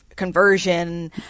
conversion